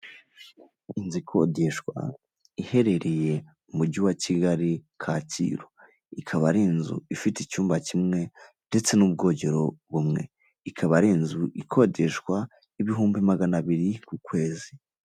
Inzu ikodeshwa iherereye mu mujyi wa Kigali Kacyiru ikaba ari inzu ifite icyumba kimwe ndetse n'ubwogero bumwe, ikaba ari inzu ikodeshwa ibihumbi magana abiri ku kwezi.